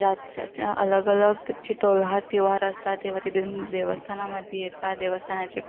ज्यात च्या त्या अलगअलग त्याचे तोहार त्योहार असतात तेव्हा तिथे देवस्थानामध्ये येतात देवस्थानाचे